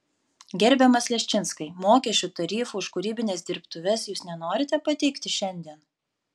gerbiamas leščinskai mokesčių tarifų už kūrybines dirbtuves jūs nenorite pateikti šiandien